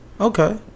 Okay